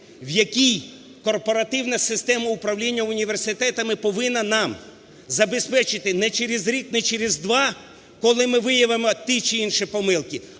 в якій корпоративна система управління університетами повинні нам забезпечити ні через рік, ні через два, коли ми виявимо ті чи інші помилки,